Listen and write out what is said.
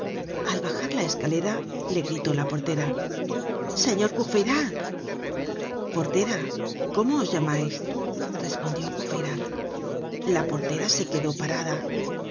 al bajar la escalera le gritó la portera señor courfeyrac portera cómo os llamais respondió courfeyrac la portera se quedó parada